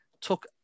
took